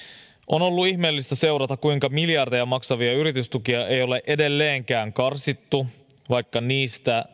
on ollut ihmeellistä seurata kuinka miljardeja maksavia yritystukia ei ole edelleenkään karsittu vaikka niistä